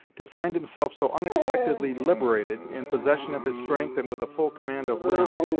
to find himself so unexpectedly liberated, in possession of his strength and with a full command of limb,